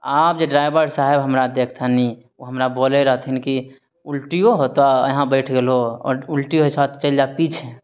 आब जे ड्राइवर साहेब हमरा देखथिन ओ हमरा बोलय रहथिन कि उल्टियो होतउ यहाँ बैठ गेले हन उल्टी होइ छऽ तऽ चलि जा पीछे